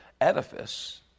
edifice